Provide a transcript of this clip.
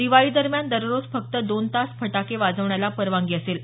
दिवाळीदरम्यान दररोज फक्त दोन तास फटाके वाजवण्याला परवानगी असेल